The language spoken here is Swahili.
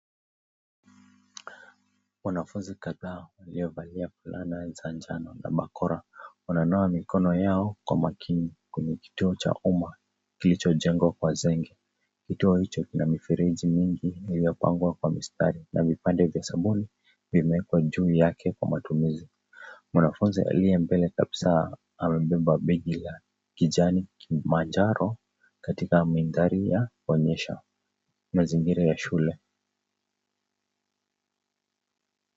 Wanafunzi kadhaa waliovalia fulana za njano na barakoa, wananawa mikono yao kwa makini kwenye kituo cha homa kilichojengwa kwa zenge. Kituo hicho kina mifereji mingi iliyopangwa kwa mistari na vipande vya sabuni, vimewekwa juu yake kwa matumizi. Mwanafunzi aliye mbele kabisa amebeba begi la kijani manjaro katika mandhari ya kuonyesha mazingira ya shule.